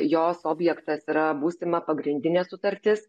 jos objektas yra būsima pagrindinė sutartis